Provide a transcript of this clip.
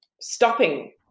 stopping